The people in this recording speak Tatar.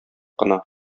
кына